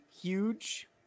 huge